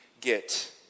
get